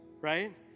right